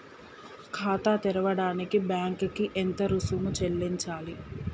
ఖాతా తెరవడానికి బ్యాంక్ కి ఎంత రుసుము చెల్లించాలి?